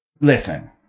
listen